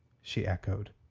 she echoed.